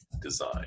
design